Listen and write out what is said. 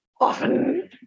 often